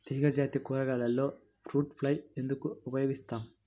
తీగజాతి కూరగాయలలో fruit fly ఎందుకు ఉపయోగిస్తాము?